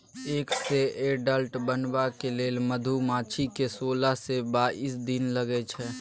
egg सँ adult बनबाक लेल मधुमाछी केँ सोलह सँ बाइस दिन लगै छै